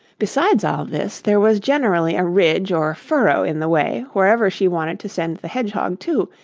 besides all this, there was generally a ridge or furrow in the way wherever she wanted to send the hedgehog to,